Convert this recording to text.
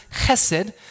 chesed